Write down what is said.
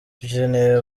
dukeneye